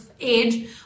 age